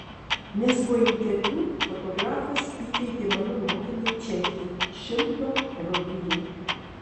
nes po interviu fotografas įteikė mano motinai čekį šimto rupijų